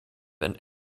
and